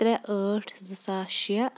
ترٛےٚ ٲٹھ زٕ ساس شیٚے